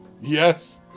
Yes